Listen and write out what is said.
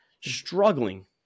struggling